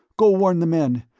go warn the men!